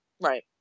right